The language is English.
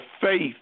faith